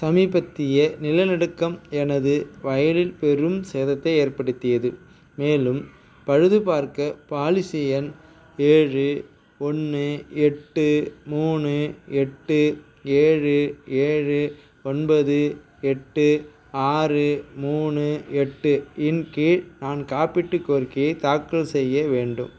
சமீபத்திய நிலநடுக்கம் எனது வயலில் பெரும் சேதத்தை ஏற்படுத்தியது மேலும் பழுதுப் பார்க்க பாலிசி எண் ஏழு ஒன்று எட்டு மூணு எட்டு ஏழு ஏழு ஒன்பது எட்டு ஆறு மூணு எட்டு இன் கீழ் நான் காப்பீட்டு கோரிக்கையை தாக்கல் செய்ய வேண்டும்